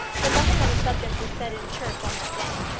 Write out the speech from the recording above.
but nothing on the subject was said in church on that day.